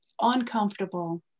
uncomfortable